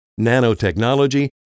nanotechnology